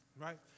Right